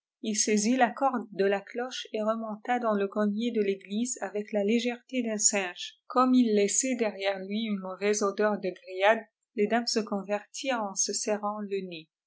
il saisit la corde de la cloche et remonta dans le grenier de l'église avec la légèreté d'uû singe gomme il laissait après lui une mauvaise odeur de grillade les dames se convertirent en se serrant le nez